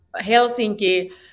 Helsinki